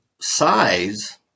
size